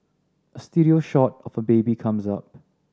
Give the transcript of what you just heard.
a studio shot of a baby comes up